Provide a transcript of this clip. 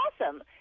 awesome